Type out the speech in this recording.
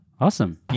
Awesome